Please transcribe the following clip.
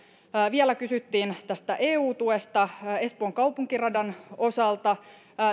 vielä kysyttiin eu tuesta espoon kaupunkiradan osalta